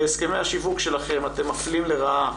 בהסכמי השיווק שלכם אתם מפלים לרעה